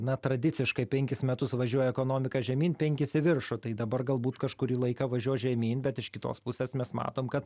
na tradiciškai penkis metus važiuoja ekonomika žemyn penkis į viršų tai dabar galbūt kažkurį laiką važiuos žemyn bet iš kitos pusės mes matom kad